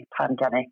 pandemic